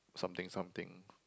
something something